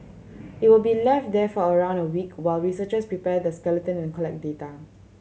it will be left there for around a week while researchers prepare the skeleton and collect data